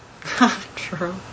True